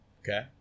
Okay